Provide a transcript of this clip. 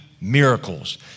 miracles